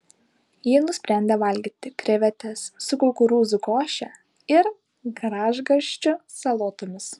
ji nusprendė valgyti krevetes su kukurūzų koše ir gražgarsčių salotomis